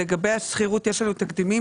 לגבי השכירות יש לנו תקדימים.